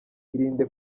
irinde